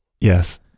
Yes